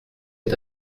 est